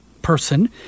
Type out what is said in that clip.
Person